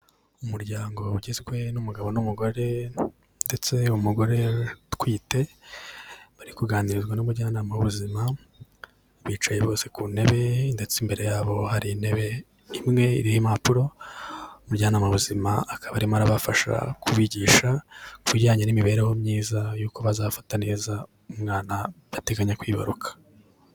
Umuryango ugizwe n'umugabo n'umugore, ndetse umugore utwite, bari kuganirirwa n'umujyanama w'ubuzima, bicaye bose ku ntebe, ndetse imbere yabo hari intebe imwe iriho impapuro, umujyanama w'ubuzima akaba arimo arabafasha kubigisha, ku bijyanye n'imibereho myiza y'uko bazafata neza umwana bateganya kwibaruka.